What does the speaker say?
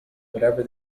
whatever